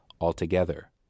altogether